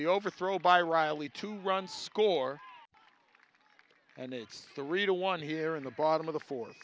the overthrow by riley to run score and it's the read a one here in the bottom of the fourth